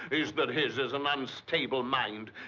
is that his is an unstable mind.